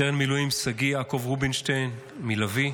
סרן במילואים שגיא יעקב רובינשטיין, מלביא,